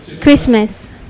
Christmas